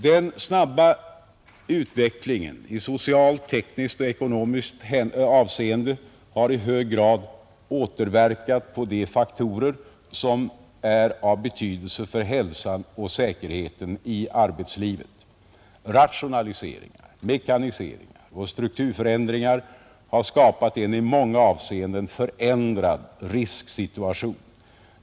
Den snabba utvecklingen i socialt, tekniskt och ekonomiskt avseende har i hög grad återverkat på de faktorer som är av betydelse för hälsan och säkerheten i arbetslivet. Rationaliseringar, mekaniseringar och strukturförändringar har skapat en i många avseenden förändrad risksituation.